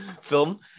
film